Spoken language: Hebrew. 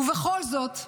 ובכל זאת,